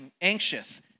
anxious